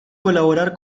colaborar